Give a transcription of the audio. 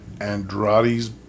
Andrade's